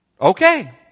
Okay